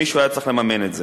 מישהו היה צריך לממן את זה.